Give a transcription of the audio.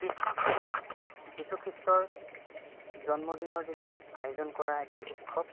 Christmas হৈছে যীশুখ্ৰীষ্টৰ জন্মদিনৰ দিনা আয়োজন কৰা এটি উৎসৱ